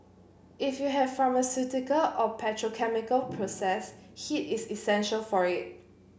if you have pharmaceutical or petrochemical process heat is essential for it